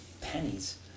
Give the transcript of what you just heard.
pennies